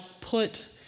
put